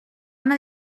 una